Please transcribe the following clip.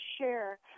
share –